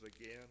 again